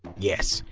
yes,